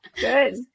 Good